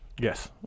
Yes